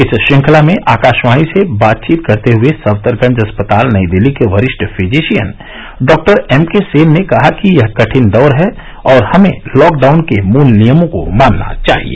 इस श्रंखला में आकाशवाणी से बातचीत करते हए सफदरजंग अस्पताल नई दिल्ली के वरिष्ठ physician doctor M K Sen ने कहा कि यह कठिन दौर है और हमें लॉकडाउन के मुल नियमों को मानना चाहिए